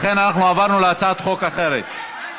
לכן עברנו להצעת חוק אחרת.